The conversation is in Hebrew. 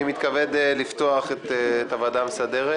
אני מתכבד לפתוח את ישיבת הוועדה המסדרת